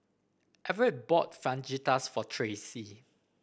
Everett bought Fajitas for Tracee